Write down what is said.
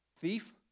Thief